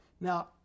Now